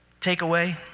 takeaway